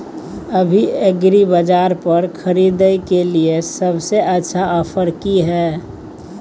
अभी एग्रीबाजार पर खरीदय के लिये सबसे अच्छा ऑफर की हय?